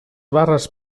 barres